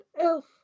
Elf